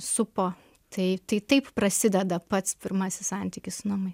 supo tai tai taip prasideda pats pirmasis santykis su namais